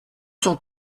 cent